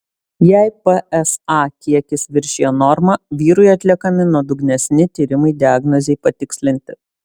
jei psa kiekis viršija normą vyrui atliekami nuodugnesni tyrimai diagnozei patikslinti